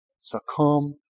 succumb